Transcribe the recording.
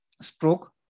stroke